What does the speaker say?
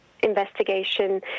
investigation